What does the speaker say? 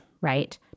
right